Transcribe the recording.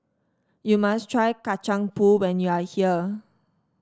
you must try Kacang Pool when you are here